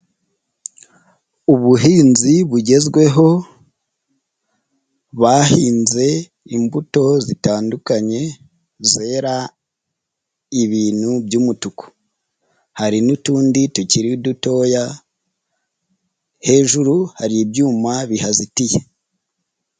Ubuhinzi bugezweho bahinze imbuto zitandukanye, zera ibintu by'umutuku. Hari n'utundi tukiri dutoya, hejuru hari ibyuma bihazitiye.